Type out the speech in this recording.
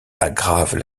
aggravent